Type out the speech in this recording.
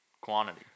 quantity